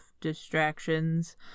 distractions